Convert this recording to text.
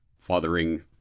fathering